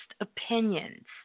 opinions